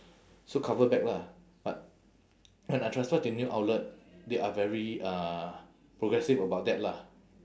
so cover back lah but when I transfer to new outlet they are very uh progressive about that lah